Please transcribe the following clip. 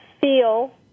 feel